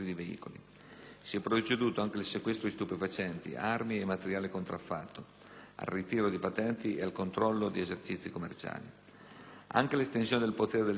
Si è proceduto anche al sequestro di stupefacenti, armi e materiale contraffatto, al ritiro di patenti e al controllo di esercizi commerciali. Anche l'estensione del potere del sindaco